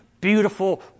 beautiful